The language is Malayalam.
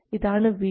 ഇതാണ് Vd